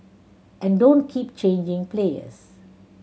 and don't keep changing players